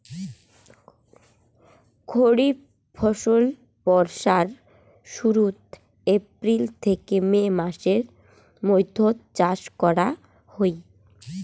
খরিফ ফসল বর্ষার শুরুত, এপ্রিল থেকে মে মাসের মৈধ্যত চাষ করা হই